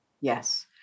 Yes